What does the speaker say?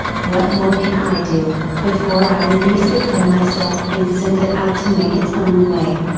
what more can i do, before i release it from myself and send it out to make its own way?